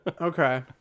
Okay